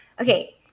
Okay